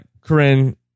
Corinne